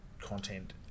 content